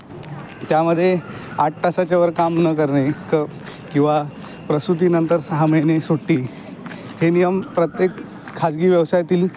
त्यामध्ये आठ तासाच्यावर काम न करणे ककिंवा प्रसूतीनंतर सहा महिने सुट्टी हे नियम प्रत्येक खाजगी व्यवसायातील